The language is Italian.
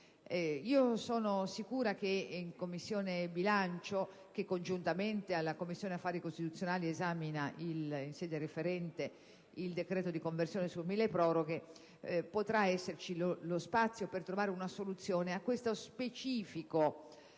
Sono sicura che in Commissione bilancio, che congiuntamente alla Commissione affari costituzionali esamina in sede referente il decreto-legge milleproroghe potrà esserci lo spazio per trovare una soluzione a questo specifico